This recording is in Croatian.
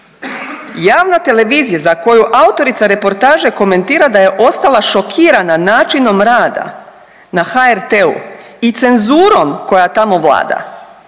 Javna televizija za koju autorica reportaže komentira da je ostala šokirana načinom rada na HRT-u i cenzurom koja tamo vlada,